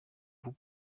vous